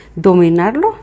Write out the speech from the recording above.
dominarlo